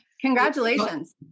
Congratulations